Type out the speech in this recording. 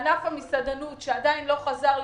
ענף המסעדנות, שעדיין לא חזר לפעילות,